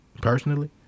personally